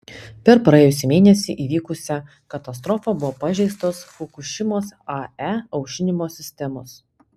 per praėjusį mėnesį įvykusią katastrofą buvo pažeistos fukušimos ae aušinimo sistemos